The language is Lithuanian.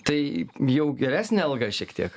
tai jau geresnę algą šiek tiek